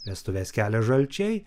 vestuves kelia žalčiai